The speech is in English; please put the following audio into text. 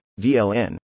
VLN